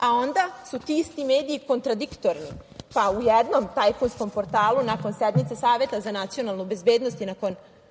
Onda su ti isti mediji kontradiktorni, pa u jednom tajkunskom portalu nakon sednice Saveta za nacionalnu bezbednost i nakon